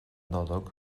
nollag